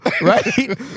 right